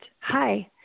hi